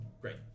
Great